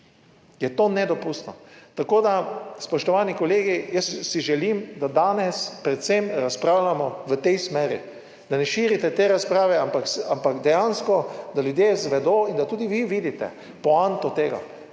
je to nedopustno. Tako da, spoštovani kolegi, jaz si želim, da danes predvsem razpravljamo v tej smeri, da ne širite te razprave, ampak, ampak dejansko, da ljudje izvedo in da tudi vi vidite poanto tega.